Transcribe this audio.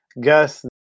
Gus